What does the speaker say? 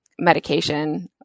medication